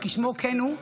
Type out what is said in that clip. וכשמו כן הוא,